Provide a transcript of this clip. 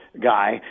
guy